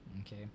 okay